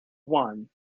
one